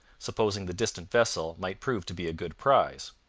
supposing the distant vessel might prove to be a good prize.